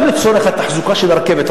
גם לצורך התחזוקה של הרכבת.